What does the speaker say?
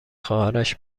خواهرش